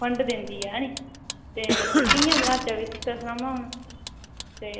fund दिंदी ऐ ऐह्नी ते हून कि'यां बनाचै भी तुस गै सनाओ आं हून ते